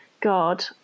God